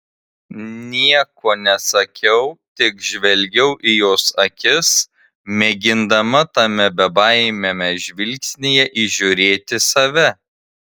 nieko nesakiau tik žvelgiau į jos akis mėgindama tame bebaimiame žvilgsnyje įžiūrėti save